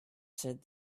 said